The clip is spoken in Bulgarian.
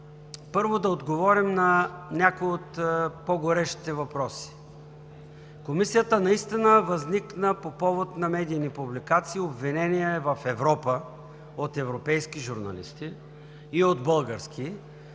Първо, да отговоря на някои от по-горещите въпроси. Комисията възникна по повод на медийни публикации – обвинения в Европа от европейски журналисти и от български,